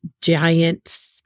giant